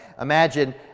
imagine